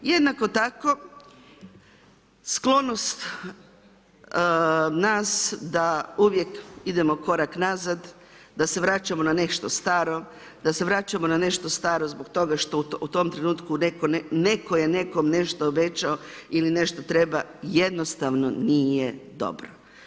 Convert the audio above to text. Jednako tako sklonost nas da uvijek idemo korak nazad, da se vraćamo na nešto staro, da se vraćamo na nešto staro zbog toga što u tom trenutku netko je netko nekome obećao ili nešto treba, jednostavno nije dobro.